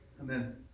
Amen